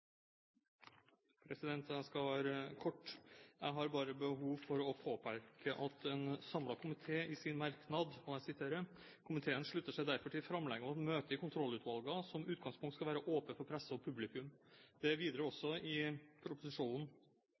ordet. Jeg skal være kort. Jeg har bare behov for å påpeke at en samlet komité i sin merknad i Innst. 118 L sier: «Komiteen sluttar seg derfor til framlegget om at møte i kontrollutvala som utgangspunkt skal vere ope for presse og publikum.» Det er videre også i proposisjonen